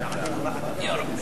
ההצעה להעביר את